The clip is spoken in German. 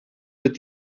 wird